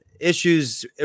issues